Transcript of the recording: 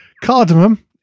cardamom